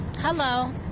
Hello